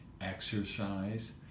exercise